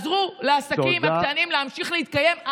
תעזרו לעסקים הקטנים להמשיך להתקיים.